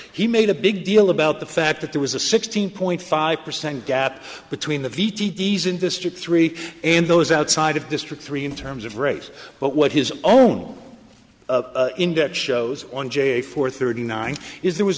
he made a big deal about the fact that there was a sixteen point five percent gap between the v t d s in district three and those outside of district three in terms of race but what his own index shows on j a four thirty nine is there was